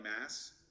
mass